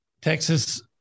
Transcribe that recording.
Texas